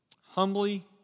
humbly